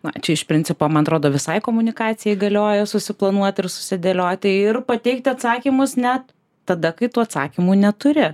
na čia iš principo man atrodo visai komunikacijai galioja susiplanuoti ir susidėlioti ir pateikti atsakymus net tada kai tų atsakymų neturi